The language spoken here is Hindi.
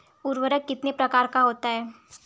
उर्वरक कितने प्रकार का होता है?